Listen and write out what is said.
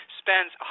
spends